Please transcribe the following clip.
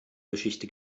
geschichte